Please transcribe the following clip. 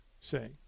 say